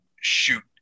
shoot